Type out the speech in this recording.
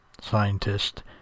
scientist